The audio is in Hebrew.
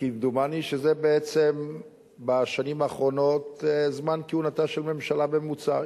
כמדומני שזה בעצם בשנים האחרונות זמן כהונתה של ממשלה בממוצע.